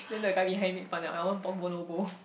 then the guy behind me make fun eh I want pork bowl no bowl